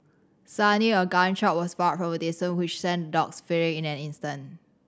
suddenly a gun shot was fired from a distance which sent the dogs fleeing in an instant